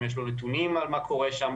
אם יש לו נתונים על מה קורה שם,